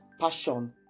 passion